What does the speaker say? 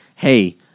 Hey